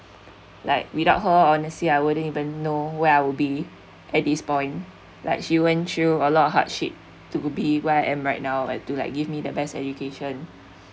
like without her honestly I wouldn't even know where I would be at this point like she went through a lot of hardship to be where I am right now and to like give me the best education